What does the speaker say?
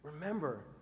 remember